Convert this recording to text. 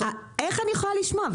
איך אני יכולה לשמוע?